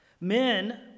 Men